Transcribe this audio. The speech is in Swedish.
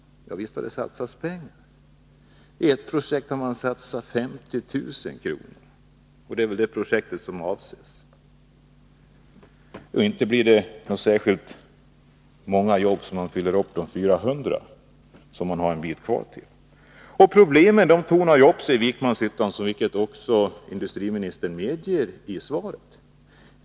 Ja, visst har det satsats pengar. I ett projekt har man satsat 50 000 kr., och det är väl det projektet som avses. Men inte blir det så många jobb av det att man kan uppfylla löftet om de 400 jobben. Problemen tornar upp sig i Vikmanshyttan, vilket industriministern medeger i svaret.